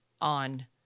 on